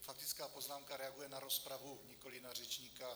Faktická poznámka reaguje na rozpravu, nikoli na řečníka.